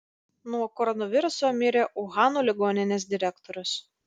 nuo koronaviruso mirė uhano ligoninės direktorius